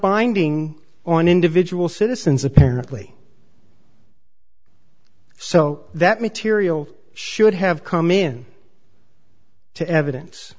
binding on individual citizens apparently so that material should have come in to evidence